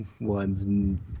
ones